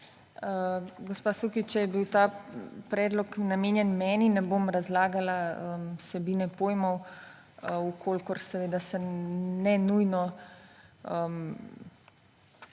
Gospa Sukič, če je bil ta predlog namenjen meni, ne bom razlagala vsebine pojmov, če seveda se nujno